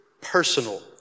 personal